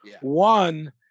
One